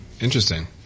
Interesting